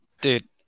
dude